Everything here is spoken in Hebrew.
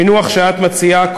המינוח שאת מציעה,